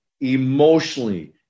emotionally